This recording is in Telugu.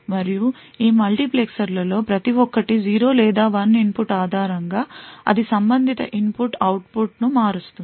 మరియు ఈ మల్టీప్లెక్సర్లలో ప్రతి ఒక్కటి 0 లేదా 1 ఇన్పుట్ ఆధారం గా అది సంబంధిత ఇన్పుట్ ను అవుట్పుట్ కు మారుస్తుంది